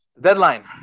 Deadline